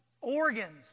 organs